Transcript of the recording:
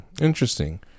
Interesting